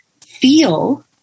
feel